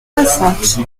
soixante